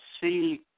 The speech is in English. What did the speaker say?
see